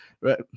right